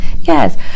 Yes